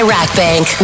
Rackbank